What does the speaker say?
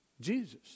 Jesus